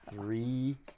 Three